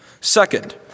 Second